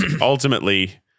ultimately